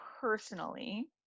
personally